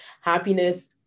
happiness